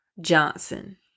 Johnson